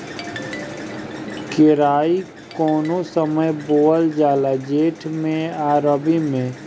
केराई कौने समय बोअल जाला जेठ मैं आ रबी में?